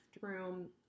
room